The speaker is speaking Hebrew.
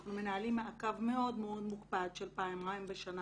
אנחנו מנהלים מעקב מאוד מופקד של פעמיים בשנה